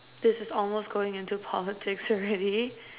this is almost going into politics already